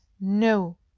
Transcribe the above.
no